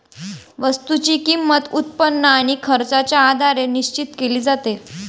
वस्तूची किंमत, उत्पन्न आणि खर्चाच्या आधारे निश्चित केली जाते